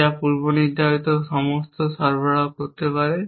যা পূর্বনির্ধারিত সমস্ত সরবরাহ করতে পারে